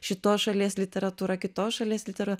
šitos šalies literatūra kitos šalies litera